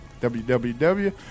www